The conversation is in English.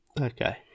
Okay